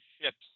ships